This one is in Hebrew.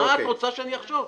מה את רוצה שאני אחשוב?